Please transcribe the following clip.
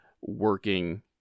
working